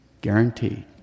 Guaranteed